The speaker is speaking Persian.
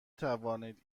توانید